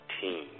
team